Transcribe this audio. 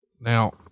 Now